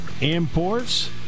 Imports